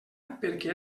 perquè